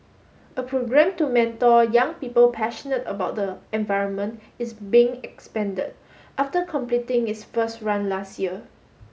a programme to mentor young people passionate about the environment is being expanded after completing its first run last year